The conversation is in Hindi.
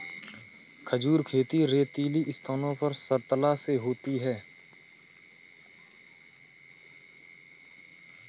खजूर खेती रेतीली स्थानों पर सरलता से होती है